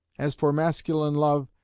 as for masculine love,